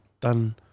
done